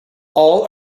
all